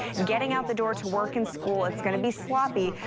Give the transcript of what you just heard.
getting out the door to work in school it's going to be sloppy.